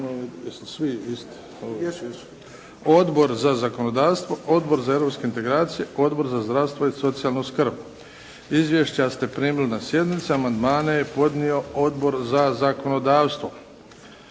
Odbor za zakonodavstvo, Odbor za europske integracije, Odbor za zdravstvo i socijalnu skrb. Izvješća ste primili na sjednici. Amandmane je podnio Odbor za zakonodavstvo.